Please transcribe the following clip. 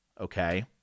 okay